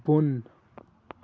بۅن